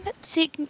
See